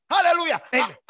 Hallelujah